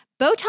Botox